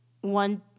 one